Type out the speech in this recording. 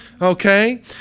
Okay